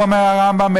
אומר הרמב"ם,